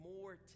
more